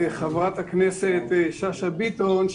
חברת הכנסת שאשא ביטון,